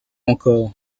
encore